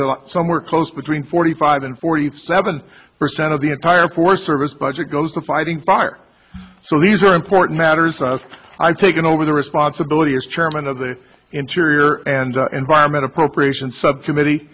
to somewhere close between forty five and forty seven percent of the entire forest service budget goes to fighting fire so these are important matters i've taken over the responsibility as chairman of the interior and environment appropriation subcommittee